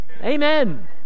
Amen